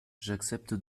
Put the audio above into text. j’accepte